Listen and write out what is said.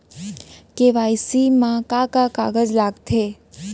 KYC मा का का कागज लगथे?